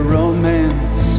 romance